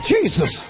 Jesus